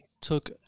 took